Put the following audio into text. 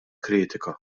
kritika